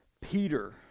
Peter